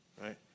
right